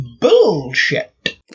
bullshit